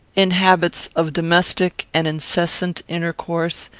in habits of domestic and incessant intercourse,